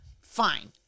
fine